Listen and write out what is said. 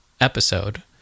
episode